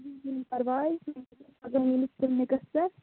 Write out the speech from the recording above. پَرواے میٛٲنِس کِلنِکَس پٮ۪ٹھ